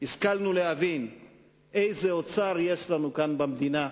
השכלנו להבין איזה אוצר יש לנו כאן במדינה,